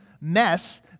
mess